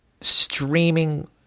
streaming